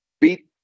beat